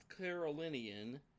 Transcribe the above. Carolinian